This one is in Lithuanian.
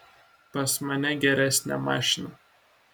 pas mane geresnė mašina